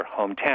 hometown